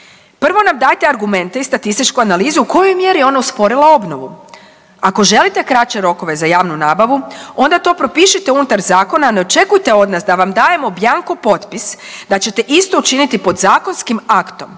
prvo nam dajte argumente i statističku analizu u kojoj mjeri je ona usporila obnovu. Ako želite kraće rokove za javnu nabavu onda to propišite unutar zakona, a ne očekujte od nas da vam dajemo bjanko potpis da ćete isto učiniti podzakonskim aktom